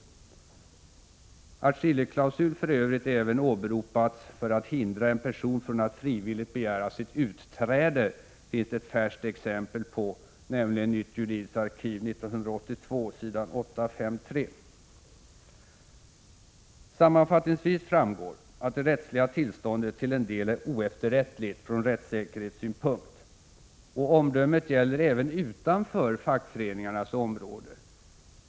Att skiljeklausul för övrigt även åberopats för att hindra en person från att frivilligt begära sitt utträde finns det ett färskt exempel på, nämligen Nytt Juridiskt Arkiv 1982 s. 853. Sammanfattningsvis framgår att det rättsliga tillståndet till en del är oefterrättligt från rättssäkerhetssynpunkt. Och omdömet gäller även utanför fackföreningarnas område.